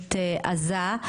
ציבורית עזה,